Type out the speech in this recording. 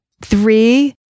Three